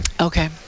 okay